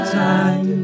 time